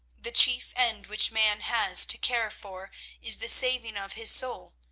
the chief end which man has to care for is the saving of his soul,